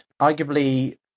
arguably